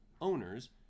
owners